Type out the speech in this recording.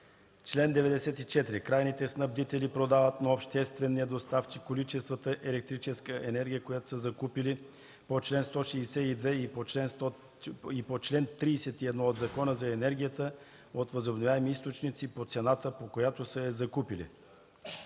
„Чл. 94. Крайните снабдители продават на обществения доставчик количествата електрическа енергия, която са закупили по чл. 162 и по чл. 31 от Закона за енергията от възобновяеми източници по цената, по която са я закупили.”